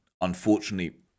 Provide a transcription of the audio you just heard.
unfortunately